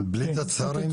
בלי תצ"רים?